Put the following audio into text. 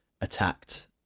attacked